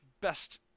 best